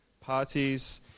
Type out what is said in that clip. parties